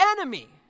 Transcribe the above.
enemy